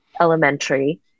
Elementary